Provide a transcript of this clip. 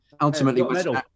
Ultimately